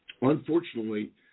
unfortunately